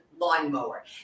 lawnmower